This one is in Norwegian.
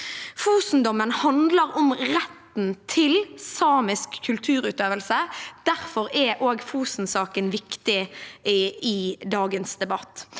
Fosen-dommen handler om retten til samisk kulturutøvelse. Derfor er også Fosen-saken viktig i dagens debatt.